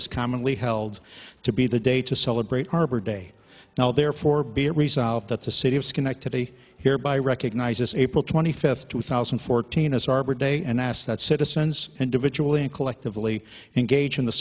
april is commonly held to be the day to celebrate arbor day now therefore be it resolved that the city of schenectady hereby recognizes april twenty fifth two thousand and fourteen as arbor day and asked that citizens individually and collectively engage in the